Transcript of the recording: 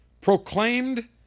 proclaimed